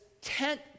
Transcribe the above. tent